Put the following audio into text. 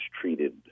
treated